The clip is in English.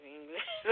English